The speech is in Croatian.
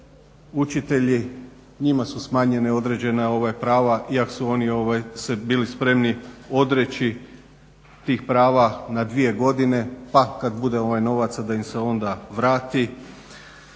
učitelji njima su smanjena određena prava iako su oni se bili spremni odreći tih prava na dvije godine pa kad bude novaca da im se onda vrati.